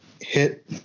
hit